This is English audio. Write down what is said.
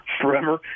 forever